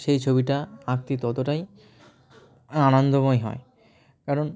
সেই ছবিটা আঁকতে ততটাই আনন্দময় হয় কারণ